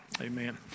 Amen